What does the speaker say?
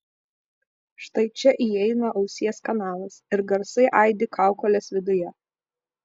štai čia įeina ausies kanalas ir garsai aidi kaukolės viduje